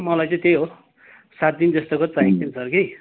मलाई चाहिँ त्यही हो सात दिनजस्तोको चाहिन्छ नि सर कि